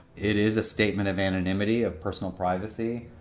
it is a statement of anonymity, of personal privacy.